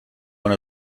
one